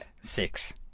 Six